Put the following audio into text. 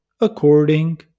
According